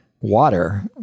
water